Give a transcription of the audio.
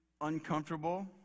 uncomfortable